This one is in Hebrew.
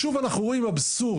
שוב אנחנו רואים אבסורד.